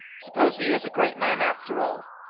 suppose he is a great man, after all!